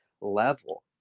level